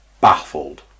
baffled